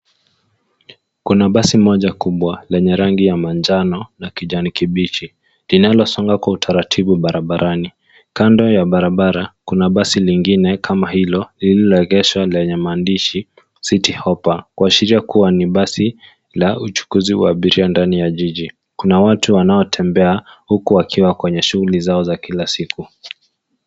Kuna basi moja kubwa lenye rangi ya manjano na kijani kibichi, linalosonga kwa utaratibu barabarani. Kando ya barabara kuna basi lingine kama hilo lililoegeshwa lenye maandishi Citi Hoppa, kuashiria kuwa ni basi la uchukuzai wa umma ndani ya jiji. Kuna watu wanaotembea huku wakiwa kwa shughuli zao za kila siku.